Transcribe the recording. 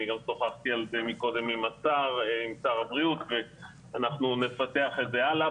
שוחחתי על זה קודם עם שר הבריאות ואנחנו נפתח את זה הלאה.